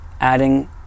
adding